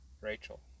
Rachel